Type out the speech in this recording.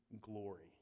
glory